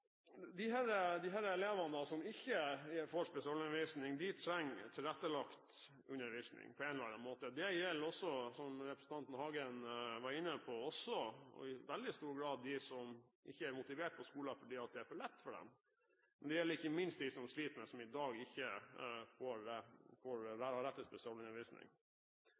elevene som ikke får spesialundervisning, trenger tilrettelagt undervisning på en eller annen måte. Det gjelder også, som representanten Hagen var inne på, i veldig stor grad dem som ikke er så motivert for skolen fordi det er for lett for dem. Men det gjelder ikke minst dem som sliter, men som i dag ikke har rett til spesialundervisning. Vi bruker 17 pst. av